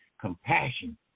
Compassion